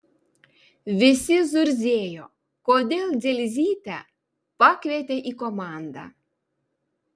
visi zurzėjo kodėl dzelzytę pakvietė į komandą